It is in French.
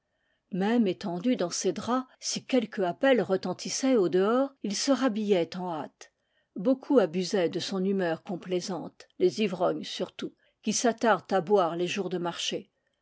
même étendu dans ses draps si quelque appel retentissait au dehors il se rhabillait en hâte beaucoup abusaient de son humeur complaisante les ivrognes surtout qui s'at tardent à boire les jours de marché